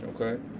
Okay